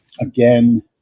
again